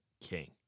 king